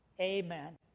Amen